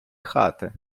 хати